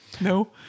no